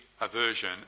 aversion